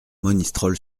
monistrol